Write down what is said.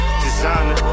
designer